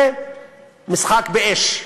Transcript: זה משחק באש,